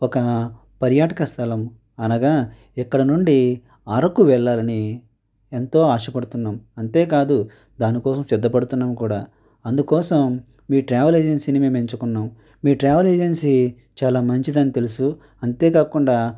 ఒక పర్యాటక స్థలం అనగా ఇక్కడ నుండి అరకు వెళ్ళాలని ఎంతో ఆశ పడుతున్నాం అంతేకాదు దానికోసం సిద్ధపడుతున్నాం కూడా అందుకోసం మీ ట్రావెల్ ఏజెన్సీని మేము ఎంచుకున్నాం మీ ట్రావెల్ ఏజెన్సీ చాలా మంచిదని తెలుసు అంతే కాకుండా